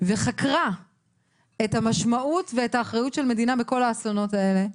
וחקרה את המשמעות ואת האחריות של המדינה בכל האסונות האלה.